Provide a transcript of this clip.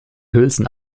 hülsen